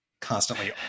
constantly